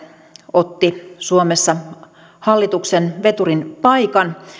otti suomessa hallituksen veturin paikan